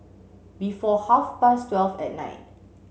before half past twelve at night